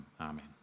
Amen